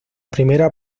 primera